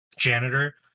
janitor